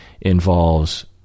involves